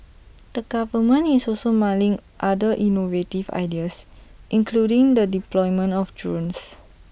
the government is also mulling other innovative ideas including the deployment of drones